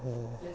हा